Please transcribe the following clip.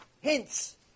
Hints